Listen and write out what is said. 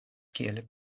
kiel